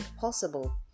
possible